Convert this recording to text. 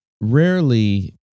rarely